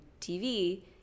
TV